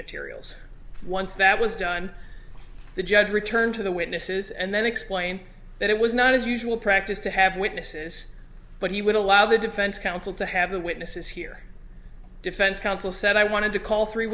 materials once that was done the judge returned to the witnesses and then explained that it was not his usual practice to have witnesses but he would allow the defense counsel to have the witnesses hear defense counsel said i wanted to call three